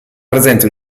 presente